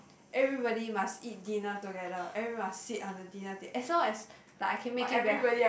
everybody must eat dinner together everybody must sit on the dinner ta~ as long as like I can make it back